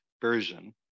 version